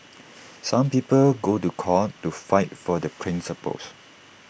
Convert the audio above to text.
some people go to court to fight for their principles